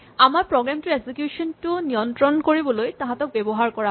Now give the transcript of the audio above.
আমাৰ প্ৰগ্ৰেম টোৰ এক্সিকিউচন টো নিয়ন্ত্ৰণ কৰিবলৈ তাহাঁতক ব্যৱহাৰ কৰা হয়